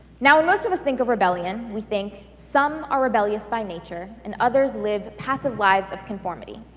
now, when most of us think of rebellion, we think, some are rebellious by nature and others live passive lives of conformity.